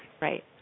Right